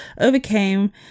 overcame